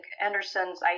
Anderson's